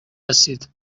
هستید